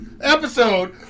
episode